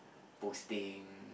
posting